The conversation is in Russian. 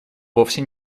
вовсе